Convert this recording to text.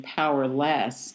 powerless